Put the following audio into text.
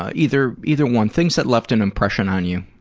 ah either, either one. things that left an impression on you.